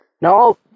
Now